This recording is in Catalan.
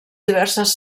diverses